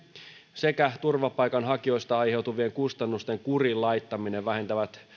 sekä turvapaikanhakijoista aiheutuvien kustannusten kuriin laittaminen vähentävät